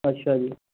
ਅੱਛਾ ਜੀ